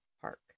Park